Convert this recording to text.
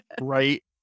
right